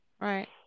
right